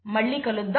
మళ్లీ కలుద్దాం